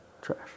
trash